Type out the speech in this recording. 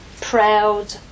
proud